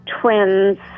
twins